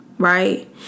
Right